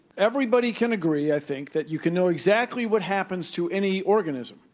everybody can agree i think that you can know exactly what happens to any organism,